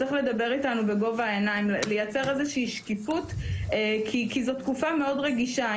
צריך לדבר איתנו בגובה העיניים ולייצר שקיפות כי זאת תקופה מאוד רגישה.